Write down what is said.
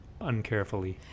uncarefully